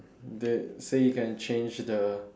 they say you can change the